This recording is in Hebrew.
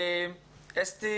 אסתי